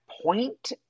point